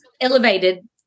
elevated